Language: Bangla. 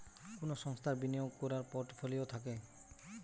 কুনো সংস্থার বিনিয়োগ কোরার পোর্টফোলিও থাকে